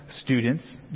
students